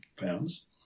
pounds